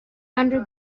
under